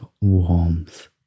warmth